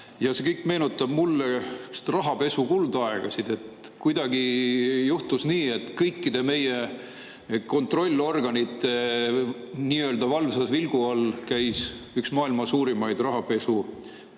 See kõik meenutab mulle rahapesu kuldaegasid. Kuidagi juhtus nii, et kõikide meie kontrollorganite nii-öelda valvsa pilgu all käis üks maailma suurimaid